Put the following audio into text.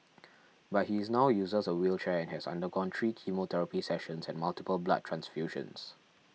but he is now uses a wheelchair and has undergone three chemotherapy sessions and multiple blood transfusions